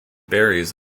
berries